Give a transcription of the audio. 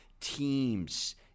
teams